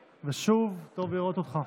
ושוב, טוב לראות אותך.